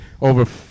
over